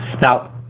Now